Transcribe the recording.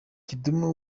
kidum